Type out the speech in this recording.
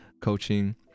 coaching